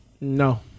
No